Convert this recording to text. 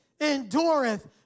endureth